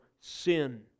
sin